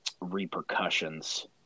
repercussions